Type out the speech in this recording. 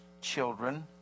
children